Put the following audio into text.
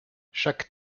chaque